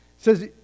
says